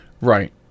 Right